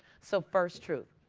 so first truth,